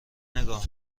نگاه